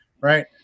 Right